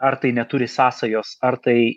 ar tai neturi sąsajos ar tai